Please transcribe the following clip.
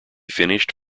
finished